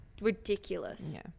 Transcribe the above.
ridiculous